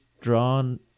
drawn